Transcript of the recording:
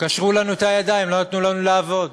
קשרו לנו את הידיים, לא נתנו לנו לעבוד,